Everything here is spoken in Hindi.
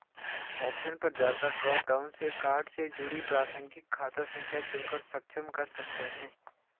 ऑप्शन पर जाकर ड्रॉप डाउन से कार्ड से जुड़ी प्रासंगिक खाता संख्या चुनकर सक्षम कर सकते है